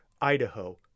Idaho